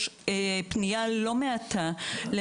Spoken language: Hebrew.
יש פניות לא מועטות של החברה הבדואית